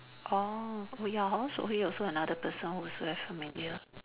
orh oh ya hor Seok Hui also another person who's very familiar